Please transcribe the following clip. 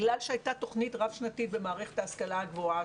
בגלל שהייתה תוכנית רב שנתית במערכת ההשכלה הגבוהה,